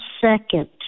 second